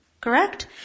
Correct